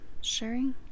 sharing